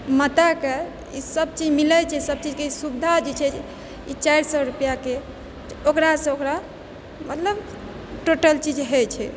माताके ई सबचीज मिलै छै सब चीजके ई सुविधा जे छै ई चारि सए रुपिआके ओकरासँ ओकरा मतलब टोटल चीज होइ छै